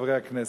חברי הכנסת,